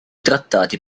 trattati